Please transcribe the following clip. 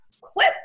clip